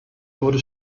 wurde